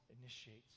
initiates